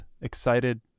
excited